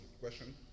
question